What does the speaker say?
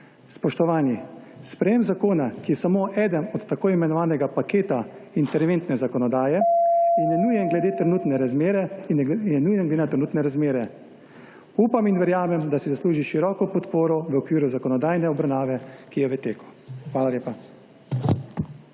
Spoštovani! Sprejetje zakona, ki je samo eden od tako imenovanega paketa interventne zakonodaje, je nujno glede na trenutne razmere. Upam in verjamem, da si zasluži široko podporo v okviru zakonodajne obravnave, ki je v teku. Hvala lepa.